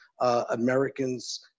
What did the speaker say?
Americans